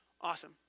Awesome